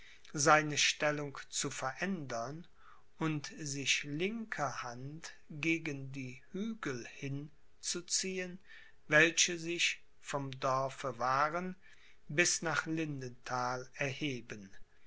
seine stellung zu verändern und sich linker hand gegen die hügel hin zu ziehen welche sich vom dorfe wahren bis nach lindenthal erheben